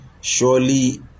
Surely